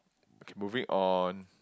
okay moving on